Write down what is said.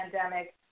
pandemic